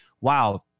wow